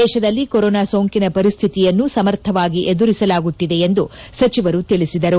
ದೇಶದಲ್ಲಿ ಕೊರೊನಾ ಸೋಂಕಿನ ಪರಿಸ್ಥಿತಿಯನ್ನು ಸಮರ್ಥವಾಗಿ ಎದುರಿಸಲಾಗುತ್ತಿದೆ ಎಂದು ಸಚಿವರು ತಿಳಿಸಿದರು